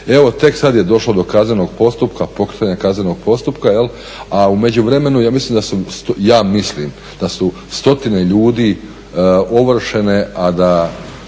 Evo, tek sad je došlo do kaznenog postupka, pokretanja kaznenog postupka, a u međuvremenu ja mislim da su stotine ljudi ovršene a da